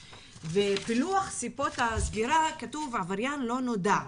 ובפילוח סיבות הסגירה כתוב 'עבריין לא נודע'.